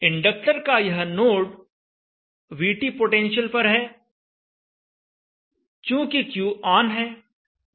inductor का यह node VT potential पर है चूँकि Q ऑन है डायोड ऑफ है